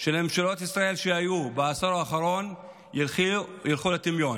של ממשלות ישראל שהיו בעשור האחרון ירדו לטמיון.